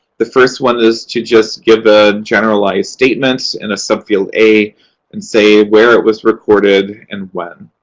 the first one is to just give a generalized statement in a subfield a and say where it was recorded and when.